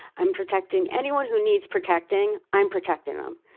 i'm protecting anyone who needs protecting, i'm protecting them.